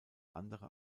andere